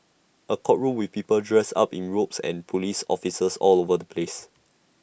A courtroom with people dressed up in robes and Police officers all over the place